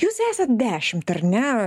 jūs esat dešimt ar ne